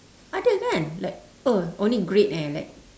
ada kan like oh only grade eh like